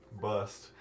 bust